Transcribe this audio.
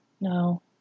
No